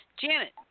Janet